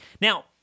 Now